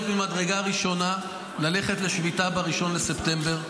ממדרגה ראשונה ללכת לשביתה ב-1 בספטמבר,